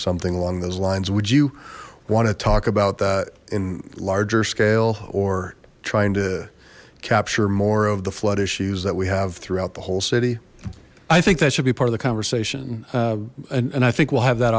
something along those lines would you want to talk about that in larger scale or trying to capture more of the flood issues that we have throughout the whole city i think that should be part of the conversation and i think we'll have that